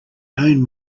own